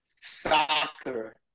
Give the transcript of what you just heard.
soccer